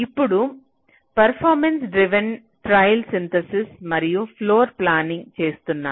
ఇప్పుడు performance driven trial synthesis మరియు floorplanning చేస్తున్నారు